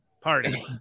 party